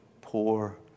poor